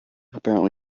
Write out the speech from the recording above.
apparently